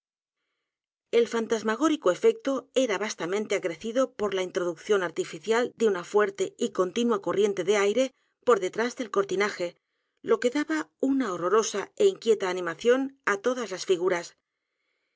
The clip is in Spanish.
el fantasmagórico efecto era vastamente acrecido por la introducción artificial de una fuerte y continua corriente de aire por detrás del cortinaje lo que daba edgar poe novelas y cuentos una horrorosa é inquieta animación á todas las figuras